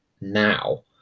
now